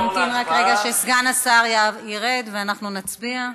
אני אמתין רק רגע, שסגן השר ירד, ואנחנו נצביע.